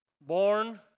born